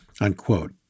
unquote